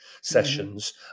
sessions